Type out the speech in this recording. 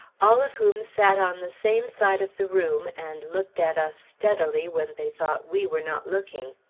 all of whom sat on the same side of the room, and looked at us steadily when they thought we were not looking.